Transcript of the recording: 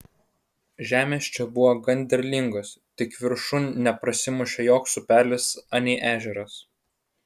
žemės čia buvo gan derlingos tik viršun neprasimušė joks upelis anei ežeras